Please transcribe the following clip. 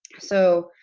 so,